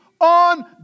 on